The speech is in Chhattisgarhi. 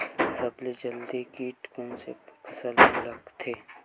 सबले जल्दी कीट कोन से फसल मा लगथे?